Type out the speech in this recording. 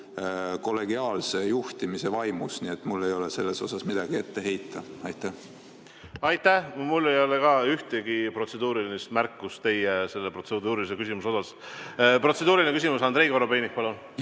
kollegiaalse juhtimise vaimus, nii et mul ei ole selles osas midagi ette heita. Aitäh! Mul ei ole ka ühtegi protseduurilist märkust teie protseduurilise küsimuse peale. Protseduuriline küsimus, Andrei Korobeinik, palun!